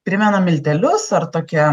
primena miltelius ar tokią